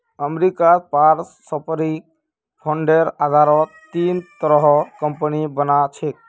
अमरीकात पारस्परिक फंडेर आधारत तीन तरहर कम्पनि बना छेक